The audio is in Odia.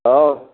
ହେଉ